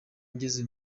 ngeze